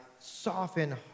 soften